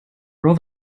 roll